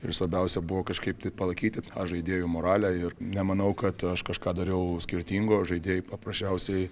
ir svarbiausia buvo kažkaip tai palaikyti tą žaidėjų moralę ir nemanau kad aš kažką dariau skirtingo žaidėjai paprasčiausiai